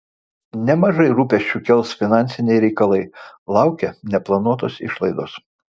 nemažai rūpesčių kels finansiniai reikalai laukia neplanuotos išlaidos